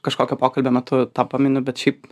kažkokio pokalbio metu tą paminiu bet šiaip